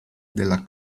della